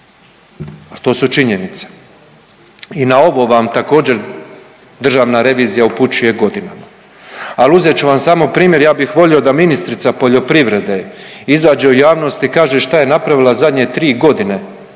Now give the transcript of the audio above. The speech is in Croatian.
To su činjenice. I na ovo vam također Državna revizija upućuje godinama, ali uzet ću vam samo primjer ja bih volio da ministrica poljoprivrede izađe u javnost i kaže šta je napravila zadnje 3 godine